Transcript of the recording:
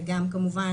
וגם כמובן,